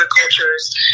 cultures